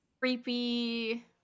Creepy